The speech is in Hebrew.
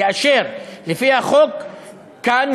כאשר לפי החוק כאן,